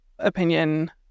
opinion